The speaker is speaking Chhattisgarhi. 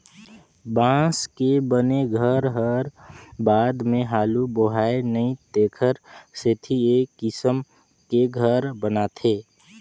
बांस के बने घर हर बाद मे हालू बोहाय नई तेखर सेथी ए किसम के घर बनाथे